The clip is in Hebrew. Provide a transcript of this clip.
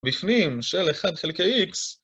בפנים של 1 חלקי x